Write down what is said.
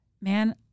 man